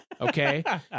Okay